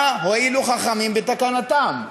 מה הועילו חכמים בתקנתם?